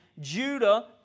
Judah